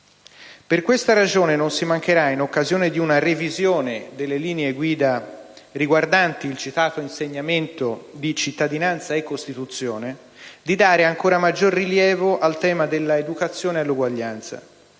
Per questa ragione non si mancherà, in occasione di una revisione delle linee guida riguardanti il citato insegnamento di «Cittadinanza e Costituzione», di dare ancora maggiore rilievo al tema dell'educazione all'uguaglianza,